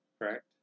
correct